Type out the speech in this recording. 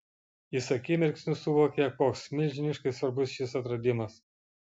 jis akimirksniu suvokė koks milžiniškai svarbus šis atradimas